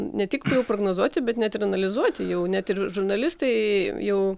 ne tik prognozuoti bet net ir analizuoti jau net ir žurnalistai jau